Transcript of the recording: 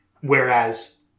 whereas